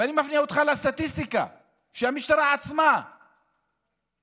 ואני מפנה אותך לסטטיסטיקה שהמשטרה עצמה הפיצה: